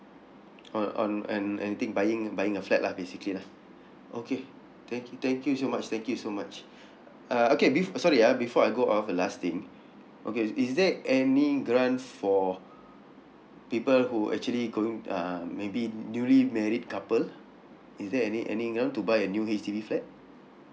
on on and anything buying buying a flat lah basically lah okay thank you thank you so much thank you so much uh okay bef~ uh sorry ah before I go off the last thing okay is there any grant for people who actually going uh maybe newly married couple is there any any grant to buy a new H_D_B flat